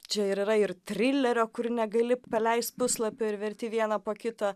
čia ir yra ir trilerio kur negali praleist puslapio ir verti vieną po kito